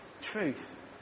Truth